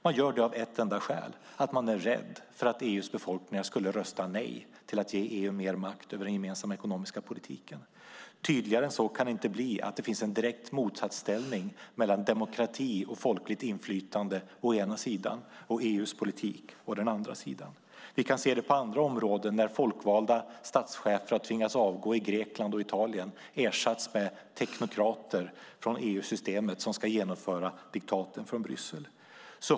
Man gör det av ett enda skäl: Man är rädd för att EU:s befolkningar skulle rösta nej till att ge EU mer makt över den gemensamma ekonomiska politiken. Tydligare än så kan det inte bli att det finns en direkt motsatsställning mellan demokrati och folkligt inflytande å ena sidan och EU:s politik å den andra. Vi kan se det på andra områden när folkvalda statschefer har tvingats avgå i Grekland och Italien och ersatts med teknokrater från EU-systemet som ska genomföra diktaten från Bryssel.